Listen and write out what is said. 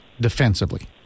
defensively